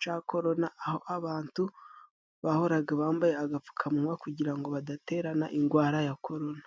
ca korona, aho abantu bahoraga bambaye agapfukamunwa kugira ngo badaterana ingwara ya korona.